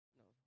no